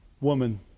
woman